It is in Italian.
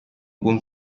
buon